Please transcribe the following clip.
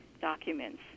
documents